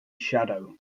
shadow